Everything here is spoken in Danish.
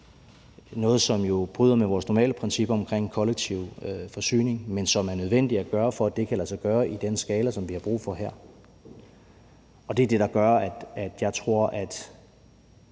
noget, som jo bryder med vores normale princip omkring kollektiv forsyning, men som er nødvendigt at gøre, for at det kan lade sig gøre i den skala, som vi har brug for her. Det er det, der gør, at jeg tror, at